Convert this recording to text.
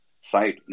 site